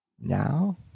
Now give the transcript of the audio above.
now